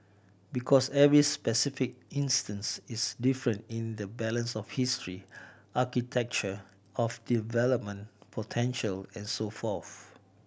because every specific instance is different in the balance of history architecture of development potential and so forth